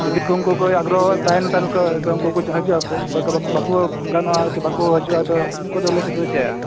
ᱡᱩᱫᱤ ᱩᱱᱠᱩ ᱠᱚ ᱟᱜᱚᱨᱚᱦᱚ ᱛᱟᱦᱮᱱ ᱛᱟᱞᱠᱚ ᱩᱱᱠᱩ ᱠᱚ ᱦᱟᱹᱡᱩᱜᱼᱟ ᱟᱠᱚ ᱚᱠᱚᱭ ᱠᱚ ᱵᱟᱠᱚ ᱜᱟᱱᱚᱜᱼᱟ ᱟᱨᱠᱤ ᱵᱟᱠᱚ ᱦᱟᱹᱡᱩᱜᱼᱟ ᱛᱚ ᱩᱱᱠᱩ ᱫᱚ ᱞᱟᱹᱭ ᱠᱟᱛᱮ ᱫᱚ ᱪᱮᱫ